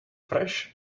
fresh